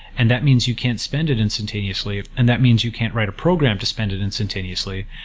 and that means you can't spend it instantaneously, and that means you can't write a program to spend it instantaneously.